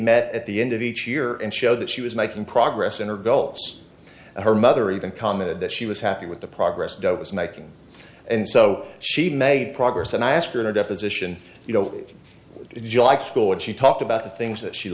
met at the end of each year and showed that she was making progress in her gulps and her mother even commented that she was happy with the progress dove was making and so she made progress and i asked her in a deposition you know if you like school what she talked about the things that she